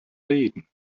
reden